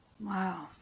Wow